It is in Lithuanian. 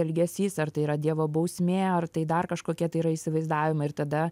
elgesys ar tai yra dievo bausmė ar tai dar kažkokie tai yra įsivaizdavimai ir tada